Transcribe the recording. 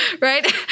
Right